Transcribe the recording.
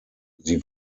sie